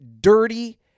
DIRTY